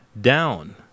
down